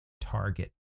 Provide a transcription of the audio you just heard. Target